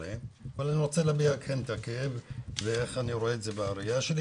אבל אני כן רוצה להביע את הכאב ואיך אני רואה את זה בראייה שלי,